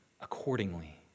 accordingly